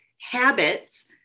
habits